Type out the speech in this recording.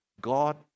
God